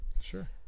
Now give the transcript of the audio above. Sure